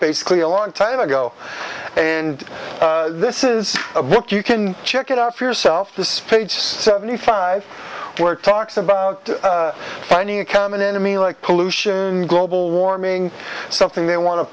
basically a long time ago and this is a book you can check it out for yourself this page seventy five work talks about the new common enemy like pollution global warming something they want to